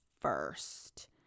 first